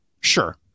Sure